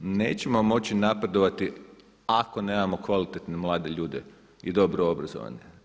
Nećemo moći napredovati ako nemamo kvalitetne mlade ljude i dobro obrazovane.